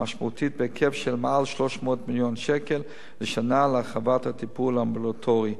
משמעותית בהיקף של מעל 300 מיליון שקל לשנה להרחבת הטיפול האמבולטורי.